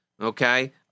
okay